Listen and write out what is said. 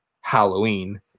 Halloween